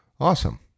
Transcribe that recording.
Awesome